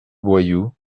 boyoud